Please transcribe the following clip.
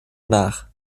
nach